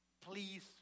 please